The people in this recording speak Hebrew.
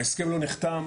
ההסכם לא נחתם,